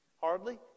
Hardly